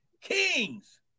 kings